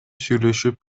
сүйлөшүп